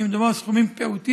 שאם מדובר על סכומים פעוטים,